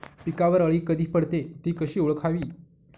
पिकावर अळी कधी पडते, ति कशी ओळखावी?